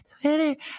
Twitter